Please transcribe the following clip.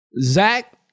Zach